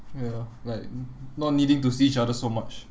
ya like not needing to see each other so much